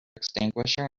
extinguisher